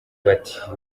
bati